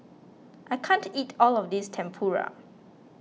I can't eat all of this Tempura